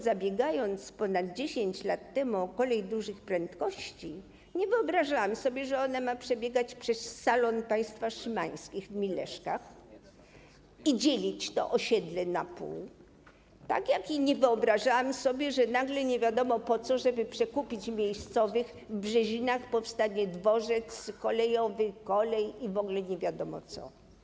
Zabiegając ponad 10 lat temu o kolej dużych prędkości, nie wyobrażałam sobie, że ona ma przebiegać przez salon państwa Szymańskich w Mileszkach i dzielić osiedle na pół, tak jak nie wyobrażałam sobie, że nagle, nie wiadomo po co, żeby przekupić miejscowych w Brzezinach, powstanie dworzec kolejowy i w ogóle nie wiadomo co.